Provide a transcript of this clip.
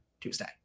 Tuesday